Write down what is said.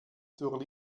zur